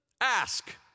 ask